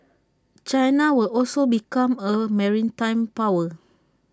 China will also become A maritime power